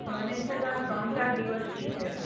મને છેલ્લા ત્રણ ચાર દિવસથી છે